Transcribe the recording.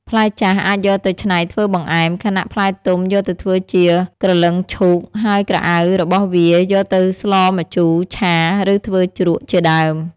ផ្លែចាស់អាចយកទៅច្នៃធ្វើបង្អែម ខណៈផ្លែទុំយកធ្វើជាក្រលីងឈូក ហើយក្រអៅរបស់វាយកទៅស្លម្ជូរ ឆា ឬធ្វើជ្រក់ ជាដើម ។